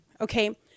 Okay